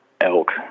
elk